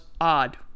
odd